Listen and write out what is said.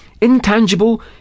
intangible